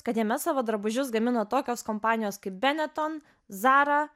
kad jame savo drabužius gamino tokios kompanijos kaip benetton zara